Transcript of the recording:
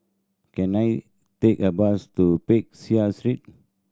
can I take a bus to Peck Seah Street